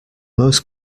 most